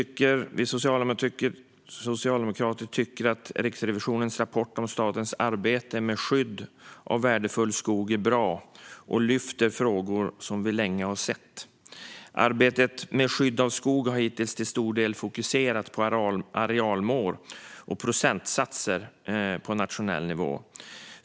Vi socialdemokrater tycker att Riksrevisionens rapport om statens arbete med skydd av värdefull skog är bra och lyfter fram frågor som vi länge har haft. Arbetet med skydd av skog har hittills till stor del fokuserat på arealmål och procentsatser på nationell nivå.